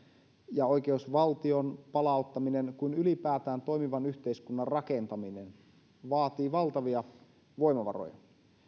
ja oikeusvaltion palauttaminen kuin ylipäätään toimivan yhteiskunnan rakentaminen vaativat valtavia voimavaroja